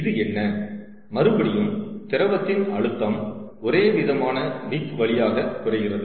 இது என்ன மறுபடியும் திரவத்தின் அழுத்தம் ஒரேவிதமான விக் வழியாக குறைகிறது